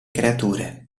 creature